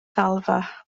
ddalfa